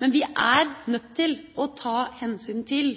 Men vi er nødt til å ta hensyn til